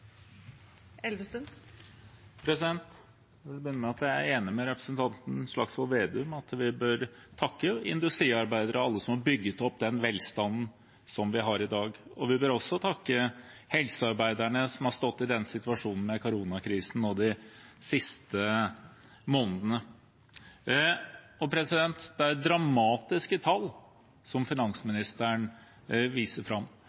enig med representanten Slagsvold Vedum i at vi bør takke industriarbeiderne og alle som har bygget opp den velstanden vi har i dag, og vi bør også takke helsearbeiderne som har stått i situasjonen med koronakrisen nå de siste månedene. Det er dramatiske tall finansministeren viser fram,